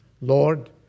Lord